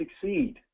succeed